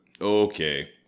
okay